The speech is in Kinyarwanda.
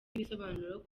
ibisobanuro